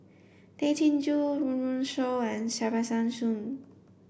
Tay Chin Joo Run Run Shaw and Kesavan Soon